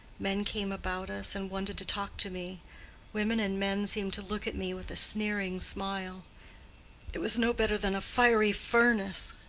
men came about us and wanted to talk to me women and men seemed to look at me with a sneering smile it was no better than a fiery furnace.